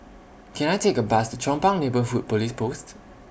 Can I Take A Bus to Chong Pang Neighbourhood Police Post